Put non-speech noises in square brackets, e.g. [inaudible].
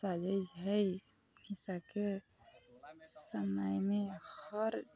सजै छै [unintelligible] समय मे हर